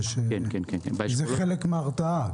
זה חלק מההרתעה,